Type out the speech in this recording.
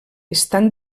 estan